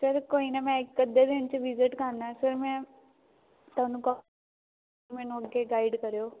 sir ਕੋਈ ਨਾ ਮੈਂ ਇੱਕ ਅੱਧੇ ਦਿਨ 'ਚ ਵਿਜਿਟ ਕਰਨਾ ਸਰ ਮੈਂ ਤੁਹਾਨੂੰ ਕਾ ਮੈਨੂੰ ਅੱਗੇ ਗਾਈਡ ਕਰਿਓ